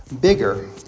bigger